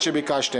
ההחלטה: